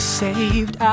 saved